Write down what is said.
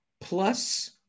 plus